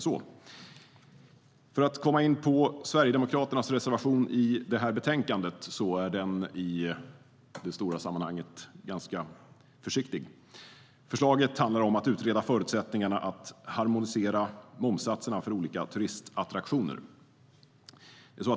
Sverigedemokraternas reservation i betänkandet är i det stora sammanhanget ganska försiktig. Förslaget handlar om att utreda förutsättningarna att harmonisera momssatserna för olika turistattraktioner.